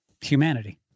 Humanity